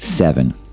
Seven